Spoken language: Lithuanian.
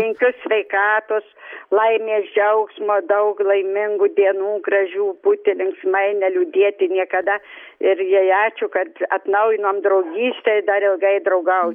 linkiu sveikatos laimės džiaugsmo daug laimingų dienų gražių būti linksmai neliūdėti niekada ir jai ačiū kad atnaujinom draugystę ir dar ilgai draugauti